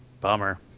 Bummer